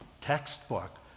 textbook